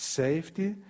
safety